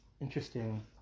interesting